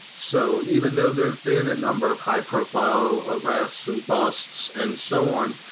so even though there have been a number of high profile arrests and busts and so on,